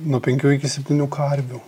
nuo penkių iki septynių karvių